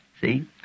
see